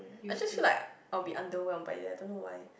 I just feel like I will be underwhelmed by it I don't know why